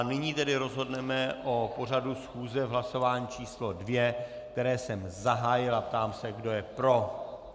Nyní tedy rozhodneme o pořadu schůze v hlasování číslo 2, které jsem zahájil, a ptám se, kdo je pro.